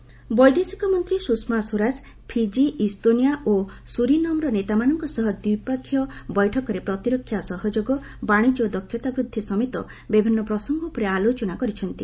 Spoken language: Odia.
ସ୍ୱରାଜ ବୈଦେଶିକ ମନ୍ତ୍ରୀ ସୁଷମା ସ୍ୱରାଜ ଫିଜି ଇସ୍ତୋନିଆ ଓ ସୁରିନାମ୍ର ନେତାମାନଙ୍କ ସହ ଦ୍ୱିପକ୍ଷିୟ ବୈଠକରେ ପ୍ରତିରକ୍ଷା ସହଯୋଗ ବାଶିଜ୍ୟ ଓ ଦକ୍ଷତା ବୃଦ୍ଧି ସମେତ ବିଭିନ୍ନ ପ୍ରସଙ୍ଗ ଉପରେ ଆଲୋଚନା କରିଛନ୍ତି